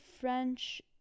French